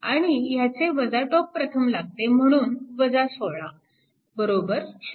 आणि ह्याचे टोक प्रथम लागते म्हणून 16 बरोबर 0